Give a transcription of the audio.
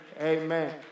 Amen